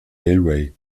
railway